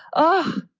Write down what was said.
oh,